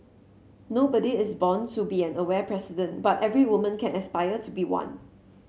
nobody is born to be an aware president but every woman can aspire to be one